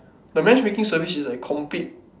the matchmatching service is like complete